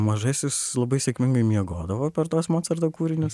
mažasis labai sėkmingai miegodavo per tuos mocarto kūrinius